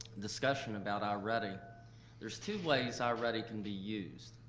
discussion about um i-ready, there's two ways ah i-ready can be used.